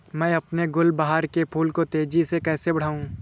मैं अपने गुलवहार के फूल को तेजी से कैसे बढाऊं?